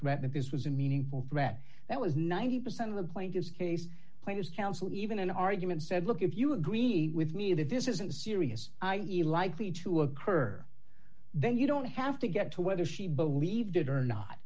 that this was a meaningful threat that was ninety percent of the plaintiff's case players counsel even in argument said look if you agree with me that this isn't serious i e likely to occur then you don't have to get to whether she believed it or not